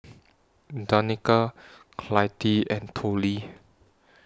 Danika Clytie and Tollie